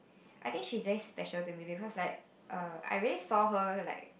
I think she's very special to me because like err I really saw her like